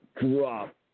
Drop